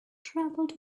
travelled